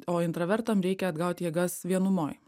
o intravertam reikia atgaut jėgas vienumoj